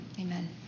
Amen